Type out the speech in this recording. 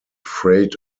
freight